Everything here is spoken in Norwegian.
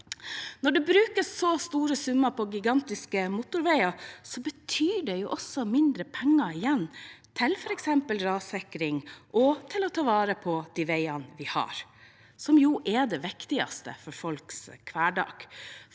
Når det brukes så store summer på gigantiske motorveier, betyr det også mindre penger igjen til f.eks. rassikring og til å ta vare på de veiene vi har, som jo er det viktigste for folks hverdag.